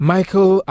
Michael